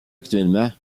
actuellement